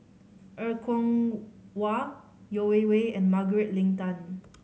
Er Kwong Wah Yeo Wei Wei and Margaret Leng Tan